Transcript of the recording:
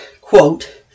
quote